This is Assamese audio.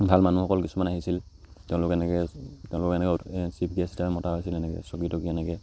ভাল মানুহসকল কিছুমান আহিছিল তেওঁলোক এনেকৈ তেওঁলোকক এনেকৈ চিফ গেষ্টকৈ মতা হৈছিল এনেকৈ চকী তকী এনেকৈ